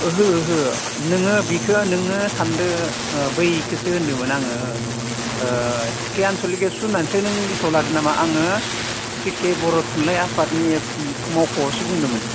ओहो ओहो नोङो बिखौ नोङो सानदो ओह बैखौसो होनदोंमोन ओह सिखि आनचलिक एबसु होन्नानैसो नों गोसोआव लादों नामा आङो सिखे बर' थुनलाइ आफादनि मावख'आवसो बुंदोंमोन